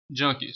Junkies